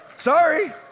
Sorry